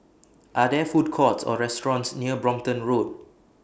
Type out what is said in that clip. Are There Food Courts Or restaurants near Brompton Road